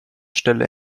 stelle